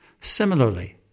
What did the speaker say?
Similarly